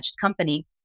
company